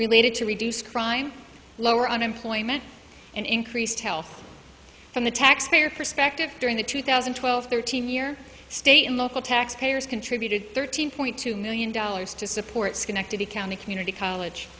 related to reduce crime lower unemployment and increased health from the taxpayer perspective during the two thousand and twelve thirteen year state and local taxpayers contributed thirteen point two million dollars to support schenectady county community college